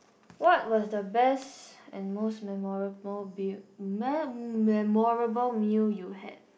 what was the best and most memorable bill memorable meal you had